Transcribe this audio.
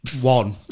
One